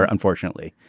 ah unfortunately.